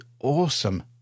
awesome